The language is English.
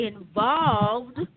involved